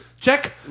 Check